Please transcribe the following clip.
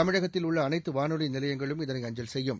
தமிழகத்தில் உள்ள அனைத்து வானொலி நிலையங்களும் இதனை அஞ்சல் செய்யும்